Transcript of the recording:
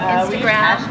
Instagram